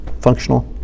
functional